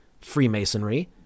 Freemasonry